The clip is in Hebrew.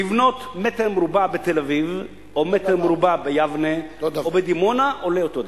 לבנות מטר מרובע בתל-אביב ומטר מרובע ביבנה ובדימונה עולה אותו דבר.